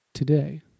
Today